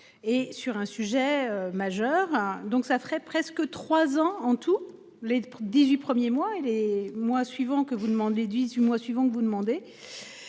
et sur un sujet majeur. Donc ça ferait presque trois ans. En tout, les 18 premiers mois et des mois suivants, que vous ne